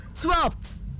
Twelfth